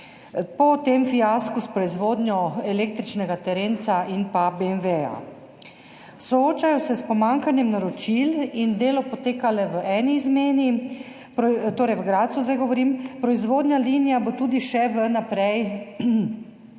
po tem fiasku s proizvodnjo električnega terenca in BMW. Soočajo se s pomanjkanjem naročil in delo poteka le v eni izmeni, torej v Gradcu zdaj govorim, proizvodna linija bo tudi še vnaprej